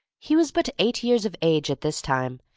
he was but eight years of age at this time,